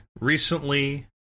recently